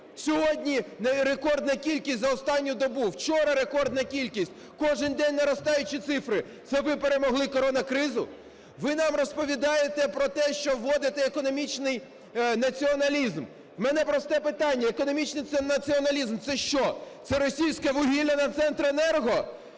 Сьогодні рекордна кількість за останню добу, вчора рекордна кількість, кожен день наростаючі цифри – це ви перемогли коронакризу? Ви нам розповідаєте про те, що вводите економічний націоналізм. У мене просте питання: економічний націоналізм – це що? Це російське вугілля на "Центренерго"?